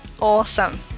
Awesome